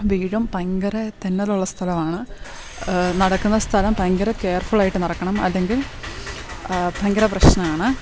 വീഴും ഭയങ്കര തെന്നൽ ഉള്ള സ്ഥലമാണ് നടക്കുന്ന സ്ഥലം ഭയങ്കര കെയർ ഫുള്ളായിട്ട് നടക്കണം അല്ലെങ്കിൽ ഭയങ്കര പ്രശ്നമാണ്